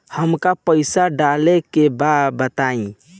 हमका पइसा डाले के बा बताई